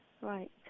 Right